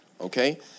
Okay